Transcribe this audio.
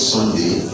Sunday